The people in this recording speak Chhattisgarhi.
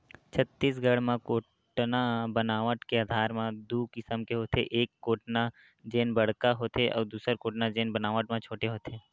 छत्तीसगढ़ म कोटना बनावट के आधार म दू किसम के होथे, एक कोटना जेन बड़का होथे अउ दूसर कोटना जेन बनावट म छोटे होथे